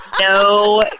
No